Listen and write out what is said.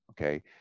okay